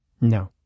No